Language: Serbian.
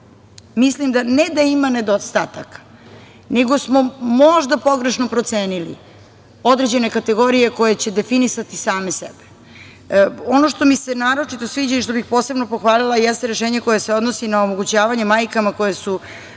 mislim, ne da ima nedostataka, nego smo možda pogrešno procenili, određene kategorije koje će definisati same sebe. Ono što mi se naročito sviđa i što bi posebno pohvalila, jeste rešenje koje se odnosi na omogućavanje majkama koje su